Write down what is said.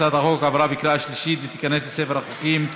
הצעת החוק עברה בקריאה השלישית ותיכנס לספר החוקים.